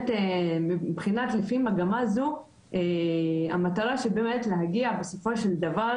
לפי מגמה זו המטרה היא להגיע בסופו של דבר